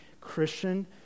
Christian